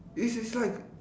eh she's like